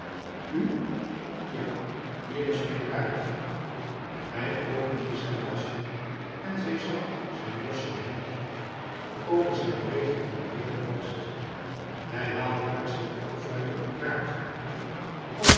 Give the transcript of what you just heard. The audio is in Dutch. u ja hier is mijn kaartje hij opende zijn jasje en zij zag zijn losse hemd over zijn breed gecambreerde borst hij haalde uit zijn portefeuille een kaartje